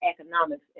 economics